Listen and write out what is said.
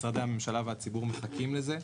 משרדי הממשלה והציבור מחכים לזה.